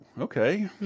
okay